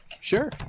Sure